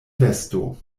vesto